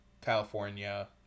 California